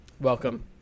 Welcome